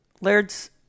Laird's